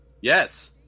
Yes